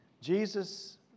Jesus